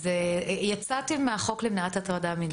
אז יצאתם מהחוק למניעת הטרדה מינית,